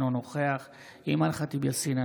אינו נוכח אימאן ח'טיב יאסין,